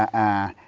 ah, ah,